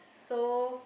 so